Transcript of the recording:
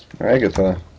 Agatha